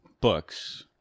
books